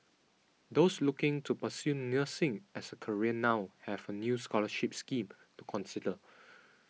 those looking to pursue nursing as a career now have a new scholarship scheme to consider